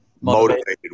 motivated